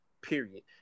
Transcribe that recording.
period